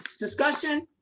discussion.